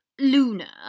Luna